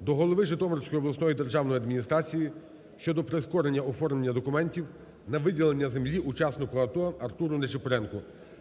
до голови Житомирської обласної державної адміністрації щодо прискорення оформлення документів на виділення землі учаснику АТО Артуру Нечипоруку,